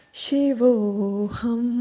Shivoham